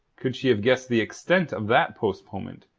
could she have guessed the extent of that postponement,